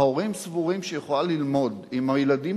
ההורים סבורים שהיא יכולה ללמוד עם הילדים